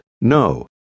no